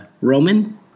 Roman